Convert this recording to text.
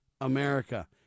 America